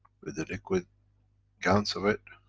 with the liquid gans of it.